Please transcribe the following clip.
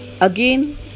Again